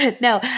No